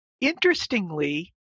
interestingly